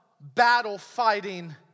battle-fighting